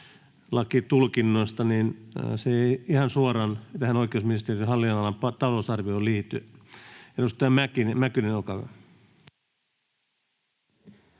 perustuslakitulkinnoista. Se ei ihan suoraan tähän oikeusministeriön hallin- nonalan talousarvioon liity. — Edustaja Mäkynen, olkaa hyvä.